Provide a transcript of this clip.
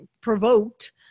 provoked